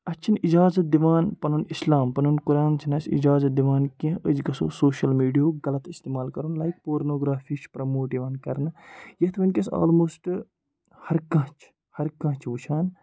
اَسہِ چھِنہٕ اِجازت دِوان پَنُن اِسلام پَنُن قرآن چھِنہٕ اَسہِ اِجازت دِوان کیٚنٛہہ أسۍ گَژھو سوشَل میٖڈیاہُک غلط اِستعمال کَرُن لایک پورنوگرٛافی چھِ پرٛٮ۪موٹ یِوان کَرنہٕ یَتھ وٕنۍکٮ۪س آلموسٹ ہَر کانٛہہ چھُ ہَر کانٛہہ چھِ وٕچھان